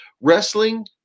Wrestling